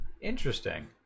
interesting